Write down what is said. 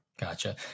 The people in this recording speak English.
Gotcha